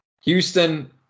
Houston